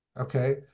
okay